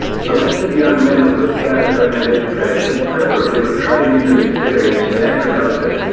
selected young men of good character and education, preferably with training and experience in agriculture,